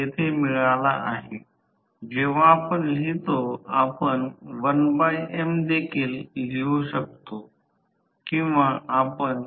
तर 3 किलोवॅट 10 म्हणजे ते 30 किलोवॅट तास करेल